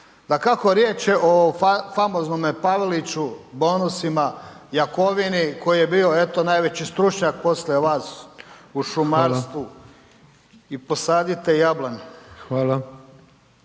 Dakako riječ je o famoznome Paveliću, bonusima, Jakovini koji je bio eto najveći stručnjak poslije vas u šumarstvu i posadite jablan.